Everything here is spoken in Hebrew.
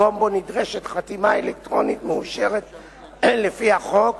מקום בו נדרשת חתימה אלקטרונית מאושרת לפי החוק,